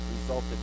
resulted